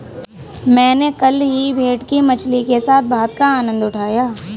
मैंने कल ही भेटकी मछली के साथ भात का आनंद उठाया